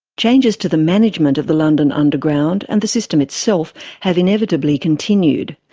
changes to the management of the london underground and the system itself have inevitably continued.